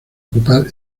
ocupar